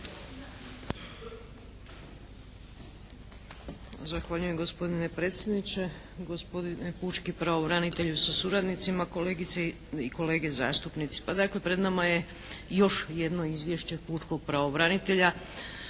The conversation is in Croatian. Zahvaljujem. Gospodine predsjedniče, gospodine pučki pravobranitelju sa suradnicima, kolegice i kolege zastupnici. Pa dakle pred nama je još jedno izvješće pučkog pravobranitelja